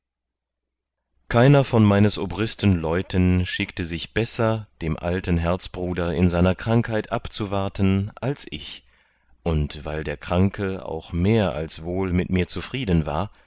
keiner von meines obristen leuten schickte sich besser dem alten herzbruder in seiner krankheit abzuwarten als ich und weil der kranke auch mehr als wohl mit mir zufrieden war